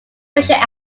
facial